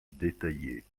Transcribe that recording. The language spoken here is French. détaillée